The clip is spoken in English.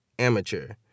amateur